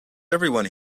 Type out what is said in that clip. everyone